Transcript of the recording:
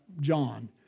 John